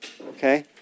Okay